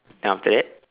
then after that